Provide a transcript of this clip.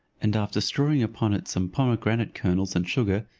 and after strewing upon it some pomegranate kernels and sugar,